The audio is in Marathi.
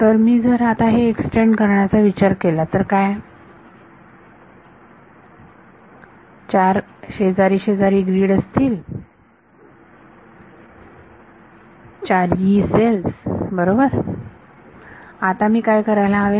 तर मी जर आता हे एक्सटेंड करण्याचा विचार केला तर काय चार शेजारी शेजारी ग्रीड असतील चार यी सेल्स बरोबर आता मी काय करायला हवे